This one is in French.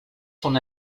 son